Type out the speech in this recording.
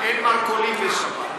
אין מרכולים בשבת.